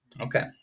Okay